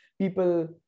people